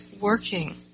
working